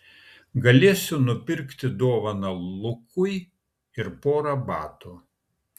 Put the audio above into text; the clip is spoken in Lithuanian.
galėsiu nupirkti dovaną lukui ir porą batų